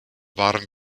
waren